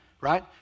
right